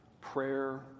prayer